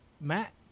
Matt